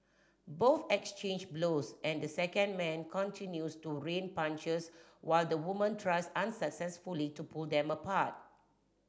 both exchange blows and the second man continues to rain punches while the woman tries unsuccessfully to pull them apart